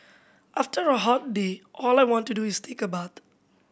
after a hot day all I want to do is take a bath